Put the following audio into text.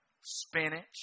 spinach